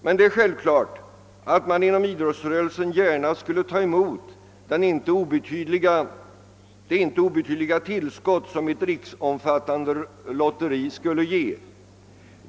Men det är självklart att man inom idrottsrörelsen gärna skulle ta emot det inte obetydliga tillskott som ett riksomfattande lotteri skulle ge.